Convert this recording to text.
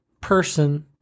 person